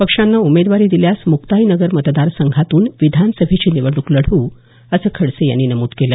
पक्षानं उमेदवारी दिल्यास मुक्ताईनगर मतदार संघातूच विधानसभेची निवडणूक लढवू असं खडसे यांनी नमूद केल